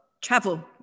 travel